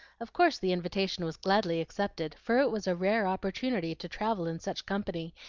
of course the invitation was gladly accepted, for it was a rare opportunity to travel in such company,